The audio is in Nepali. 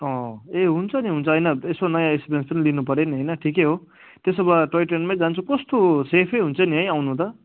अँ ए हुन्छ नि हुन्छ होइन यसो नयाँ एक्सपिरेन्स पनि लिनुपऱ्यो नि होइन ठिकै हो त्यसो भए टोय ट्रेनमै जान्छु कस्तो सेफै हुन्छ नि है आउनु त